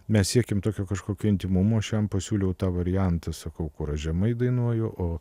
mes siekėm tokio kažkokio intymumo aš jam pasiūliau tą variantą sakau kur aš žemai dainuoju o